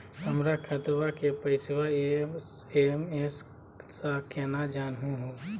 हमर खतवा के पैसवा एस.एम.एस स केना जानहु हो?